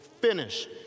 finish